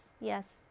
yes